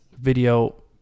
video